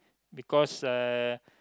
because uh